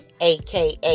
aka